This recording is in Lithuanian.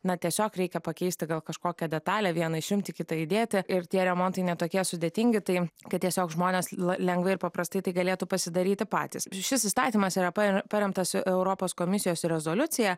na tiesiog reikia pakeisti gal kažkokią detalę vieną išimti kitą įdėti ir tie remontai ne tokie sudėtingi tai kad tiesiog žmones lengvai ir paprastai tai galėtų pasidaryti patys šis įstatymas yra paremtas europos komisijos rezoliucija